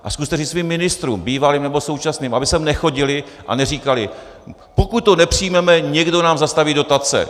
A zkuste říct svým ministrům, bývalým nebo současným, aby sem nechodili a neříkali: pokud to nepřijmeme, někdo nám zastaví dotace.